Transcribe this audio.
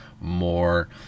more